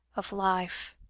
of life.